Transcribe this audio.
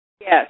Yes